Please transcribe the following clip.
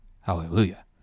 Hallelujah